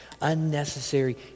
unnecessary